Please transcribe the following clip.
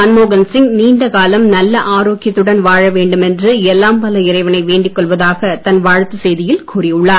மன்மோகன் சிங் நீண்ட காலம் நல்ல ஆரோக்கியத்துடன் வாழ வேண்டும் என்று எல்லாம் வல்ல இறைவனை வேண்டிக் கொள்வதாக தன் வாழ்த்துச் செய்தியில் கூறியுள்ளார்